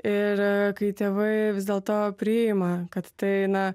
ir kai tėvai vis dėlto priima kad tai na